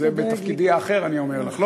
בתפקידי האחר אני אומר לך.